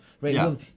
right